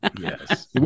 Yes